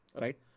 right